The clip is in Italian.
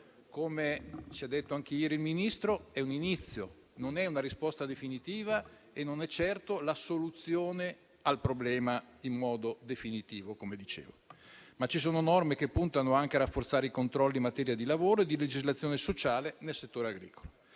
come ci ha detto anche ieri il Ministro - si tratta di un inizio, non è una risposta definitiva e non è certo la soluzione al problema in modo definitivo. Ci sono norme che puntano anche a rafforzare i controlli in materia di lavoro e di legislazione sociale nel settore agricolo.